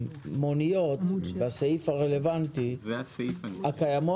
בעלי המוניות בישראל קנו את המספרים, השקיעו